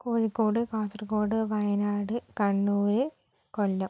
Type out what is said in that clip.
Kozhikode Kasaragod Wayanad Kannur Kollam